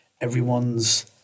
everyone's